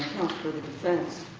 for the defense,